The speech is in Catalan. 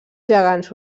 gegants